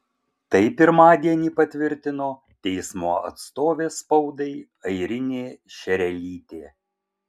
tai pirmadienį patvirtino teismo atstovė spaudai airinė šerelytė